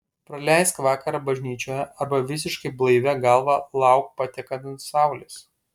praleisk vakarą bažnyčioje arba visiškai blaivia galva lauk patekant saulės